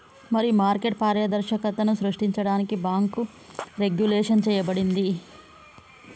మరి మార్కెట్ పారదర్శకతను సృష్టించడానికి బాంకు రెగ్వులేషన్ చేయబడింది